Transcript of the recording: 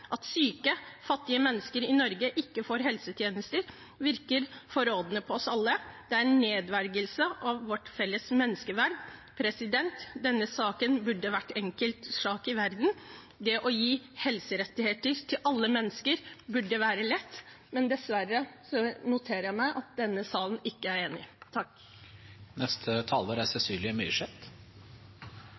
At syke, fattige mennesker i Norge ikke får helsetjenester, virker forrådende på oss alle, det er en nedverdigelse av vårt felles menneskeverd. Denne saken burde vært den enkleste sak i verden: Det å gi helserettigheter til alle mennesker, burde være lett, men dessverre noterer jeg meg at denne salen ikke er enig.